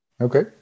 Okay